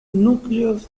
núcleos